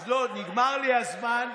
לא, נגמר לי הזמן.